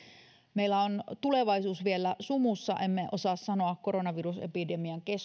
meillä on tulevaisuus vielä sumussa emme osaa sanoa koronavirusepidemian